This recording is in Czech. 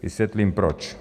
Vysvětlím proč.